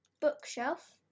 bookshelf